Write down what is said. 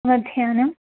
मध्यानं